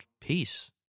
peace